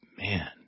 man